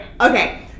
okay